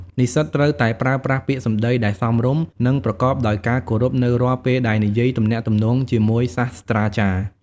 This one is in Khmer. និស្សិតត្រូវតែ ប្រើប្រាស់ពាក្យសម្ដីដែលសមរម្យ និងប្រកបដោយការគោរព នៅរាល់ពេលដែលនិយាយទំនាក់ទំនងជាមួយសាស្រ្តាចារ្យ។